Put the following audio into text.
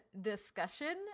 discussion